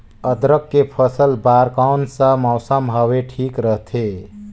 अदरक के फसल बार कोन सा मौसम हवे ठीक रथे?